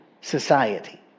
society